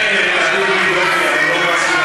מילא תטיל בי דופי,